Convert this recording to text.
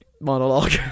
monologue